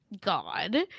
God